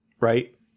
Right